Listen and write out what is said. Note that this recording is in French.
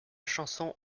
chanson